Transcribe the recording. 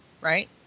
Right